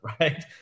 right